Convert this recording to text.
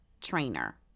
trainer